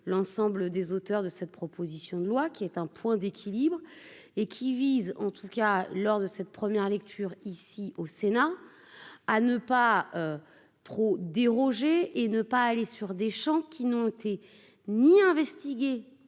l'ensemble des auteurs de cette proposition de loi qui est hein. Point d'équilibre et qui vise, en tout cas, lors de cette première lecture ici au Sénat, à ne pas trop déroger et ne pas aller sur des champs qui n'ont été ni à investiguer